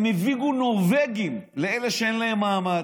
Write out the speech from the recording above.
הם הביאו נורבגים לאלה שאין להם מעמד.